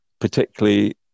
particularly